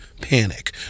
panic